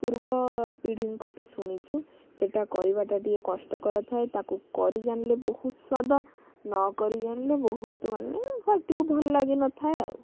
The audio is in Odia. ପୂର୍ବ ପିଢ଼ିଙ୍କଠୁ ଶୁଣିଚୁ ସେଇଟା କରିବାଟା ଟିକେ କଷ୍ଟକର ଥାଏ ତାକୁ କରି ଜାଣିଲେ ବହୁତ ସ୍ଵାଦ ନକରି ଜାଣିଲେ ବହୁତ ମାନେ ପାଟିକୁ ଭଲ ଲାଗିନଥାଏ ଆଉ